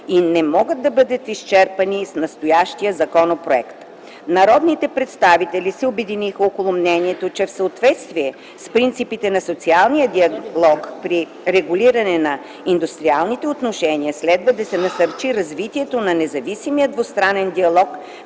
и не могат да бъдат изчерпани с настоящия законопроект. Народните представители се обединиха около мнението, че в съответствие с принципите на социалния диалог при регулиране на индустриалните отношения следва да се насърчи развитието на независимия двустранен диалог